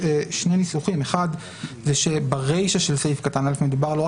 הרי הלפ"מ מוציא הרבה